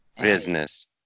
Business